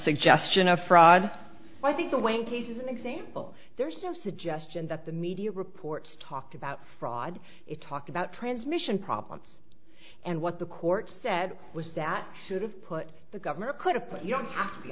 suggestion of fraud i think the way in case is an example there's no suggestion that the media reports talked about fraud it talked about transmission problems and what the court said was that could have put the governor could have put you don't have to be